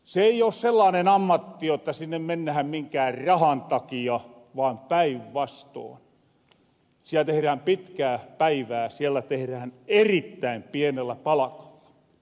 se ei oo sellaanen ammatti jotta sinne mennähän minkään rahan takia vaan päinvastoon siel tehrään pitkää päivää siellä tehrähän erittäin pienellä palakalla